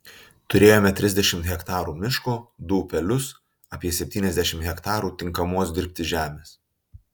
turėjome trisdešimt hektarų miško du upelius apie septyniasdešimt hektarų tinkamos dirbti žemės